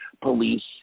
police